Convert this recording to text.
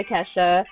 Kesha